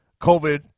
COVID